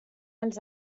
els